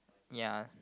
ya